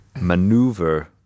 maneuver